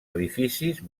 edificis